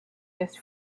this